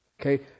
Okay